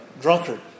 drunkard